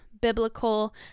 biblical